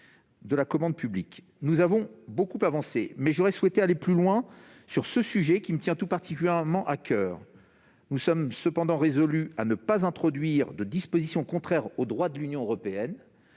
de la commande publique. Nous avons beaucoup avancé, mais j'aurais souhaité aller plus loin sur ce sujet qui me tient tout particulièrement à coeur. Nous sommes cependant résolus à ne pas introduire de dispositions contraires au droit de l'Union européenne,